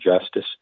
justice